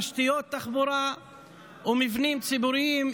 תשתיות תחבורה ומבנים ציבוריים,